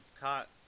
caught